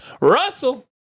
Russell